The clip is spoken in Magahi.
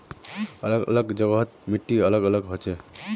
अलग अलग जगहर मिट्टी अलग अलग हछेक